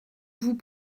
vous